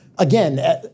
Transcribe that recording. Again